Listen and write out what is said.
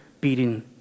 beating